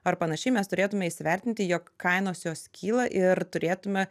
ar panašiai mes turėtume įsivertinti jog kainos jos kyla ir turėtume